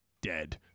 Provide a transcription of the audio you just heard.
dead